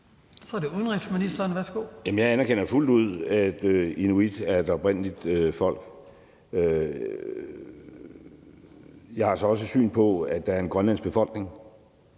(Lars Løkke Rasmussen): Jamen jeg anerkender fuldt ud, at inuit er et oprindeligt folk. Jeg har så også det syn på det, at der er en grønlandsk befolkning,